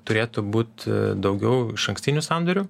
turėtų būt daugiau išankstinių sandorių